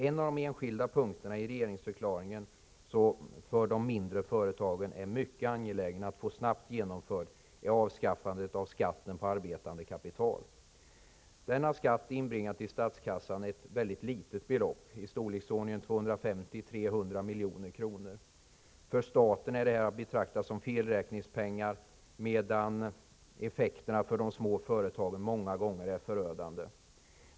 En av de enskilda punkterna i regeringsförklaringen, som för de mindre företagen är mycket angelägen att snabbt få genomförd, är avskaffandet av skatten på arbetande kapital. Denna skatt inbringar till statskassan ett mycket litet belopp, i storleksordningen 250--300 milj.kr. För staten är detta att betrakta som felräkningspengar, medan effekterna för de små företagen många gånger är förödande.